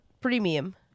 premium